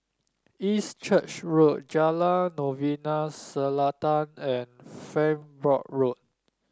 East Church Road Jalan Novena Selatan and Farnborough Road